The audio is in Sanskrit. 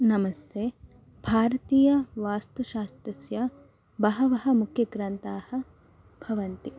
नमस्ते भारतीयवास्तुशास्त्रस्य बहवः मुख्यग्रन्थाः भवन्ति